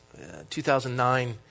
2009